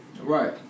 Right